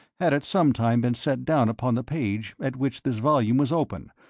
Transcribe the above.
had at some time been set down upon the page at which this volume was open,